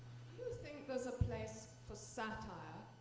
think there's a place for satire,